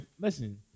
Listen